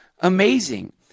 amazing